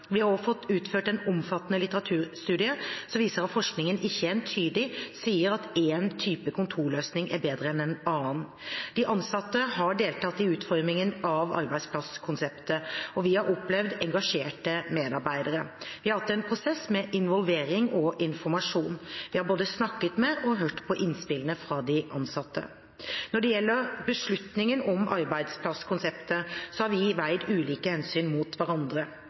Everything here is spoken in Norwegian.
Vi har fått utført en omfattende litteraturstudie som viser at forskningen ikke entydig sier at én type kontorløsning er bedre enn en annen. De ansatte har deltatt i utformingen av arbeidsplasskonseptet. Vi har opplevd engasjerte medarbeidere. Vi har hatt en prosess med involvering og informasjon. Vi har både snakket med og hørt på innspillene fra de ansatte. Når det gjelder beslutningen om arbeidsplasskonseptet, har vi veid ulike hensyn mot hverandre.